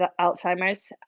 Alzheimer's